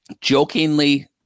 jokingly